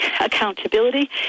accountability